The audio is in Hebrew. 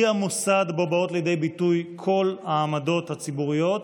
היא המוסד שבו באות לידי ביטוי כל העמדות הציבוריות,